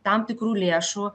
tam tikrų lėšų